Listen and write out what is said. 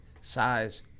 size